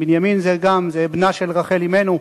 בנימין זה גם, זה בנה של רחל אמנו,